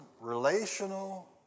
relational